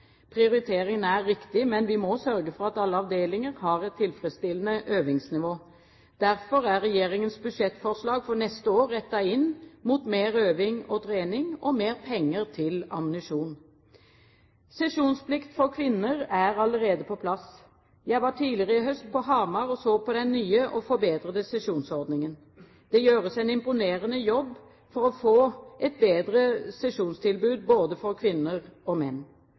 er riktig, men vi må sørge for at alle avdelinger har et tilfredsstillende øvingsnivå. Derfor er regjeringens budsjettforslag for neste år rettet inn mot mer øving og trening og mer penger til ammunisjon. Sesjonsplikt for kvinner er allerede på plass. Jeg var tidligere i høst på Hamar og så på den nye og forbedrede sesjonsordningen. Det gjøres en imponerende jobb for å få et bedre sesjonstilbud både for kvinner og menn.